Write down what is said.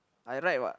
I right what